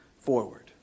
forward